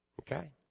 Okay